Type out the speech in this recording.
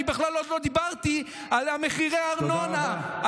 אני בכלל עוד לא דיברתי על מחירי הארנונה,